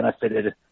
benefited